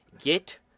get